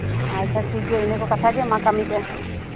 ᱟᱪᱪᱷᱟ ᱴᱷᱤᱠᱜᱮᱭᱟ ᱤᱱᱟᱹ ᱠᱚ ᱠᱟᱛᱷᱟ ᱜᱮ ᱢᱟ ᱠᱟᱹᱢᱤ ᱯᱮ